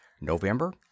November